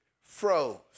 froze